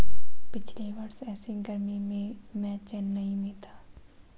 पिछले वर्ष ऐसी गर्मी में मैं चेन्नई में था